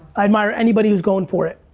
i admire anybody who's going for it.